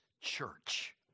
church